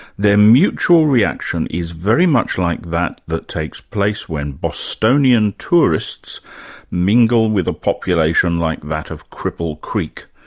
their mutual reaction is very much like that that takes place when bostonian tourists mingle with a population like that of cripple creek.